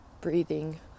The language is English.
breathing